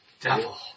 devil